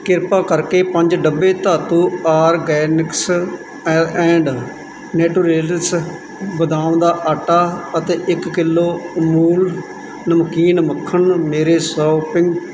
ਕ੍ਰਿਪਾ ਕਰਕੇ ਪੰਜ ਡੱਬੇ Dhatu organics a and naturals ਬਦਾਮ ਦਾ ਆਟਾ ਅਤੇ ਇੱਕ ਕਿਲੋ ਅਮੂਲ ਨਮਕੀਨ ਮੱਖਣ ਮੇਰੇ ਸ਼ੋਪਿੰਗ